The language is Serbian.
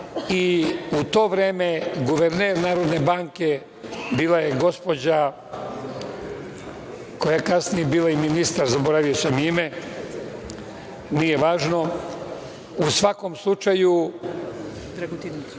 i u to vreme guverner Narodne banke bila je gospođa koja je kasnije bila ministar, zaboravio sam ime, nije važno.U svakom slučaju